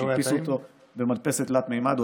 שהדפיסו אותו במדפסת תלת-ממד.